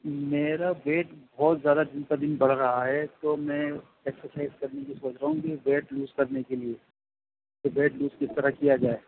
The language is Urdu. میرا ویٹ بہت زیادہ دن بہ دن بڑھ رہا ہے تو میں ایکسرسائز کرنے کی سوچ رہا ہوں گی ویٹ لوز کرنے کے لیے کہ ویٹ لوز کس طرح کیا جائے